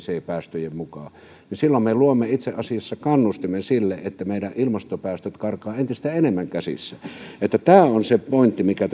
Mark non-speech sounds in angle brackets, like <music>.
päästöjen mukaan niin silloin me luomme itse asiassa kannustimen sille että meidän ilmastopäästömme karkaavat entistä enemmän käsistä tämä on se pointti mikä <unintelligible>